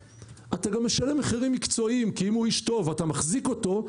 אתה גם משלם מחירים מקצועיים כי אם הוא איש טוב ואתה מחזיק אותו,